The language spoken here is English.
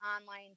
online